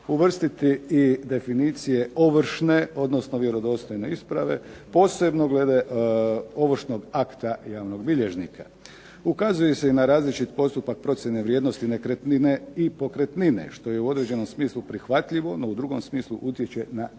uvrstiti i definicije ovršne, odnosno vjerodostojne isprave posebno glede ovršnog akta javnog bilježnika. Ukazuje se i na različit postupak procjene vrijednosti nekretnine i pokretnine što je u određenom smislu prihvatljivo, no u drugom smislu utječe na duljinu